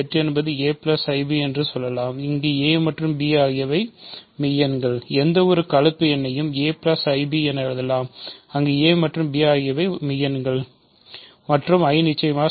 z என்பது aib என்று சொல்லலாம் அங்கு a மற்றும் b மெய் எண்கள் எந்தவொரு கலப்பு எண்ணையும் a i b என எழுதலாம் அங்கு a மற்றும் b மெய் எண்கள் மற்றும் i நிச்சயமாக